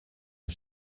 een